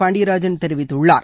பாண்டியராஜன் தெரிவித்துள்ளார்